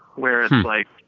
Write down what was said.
where it's like,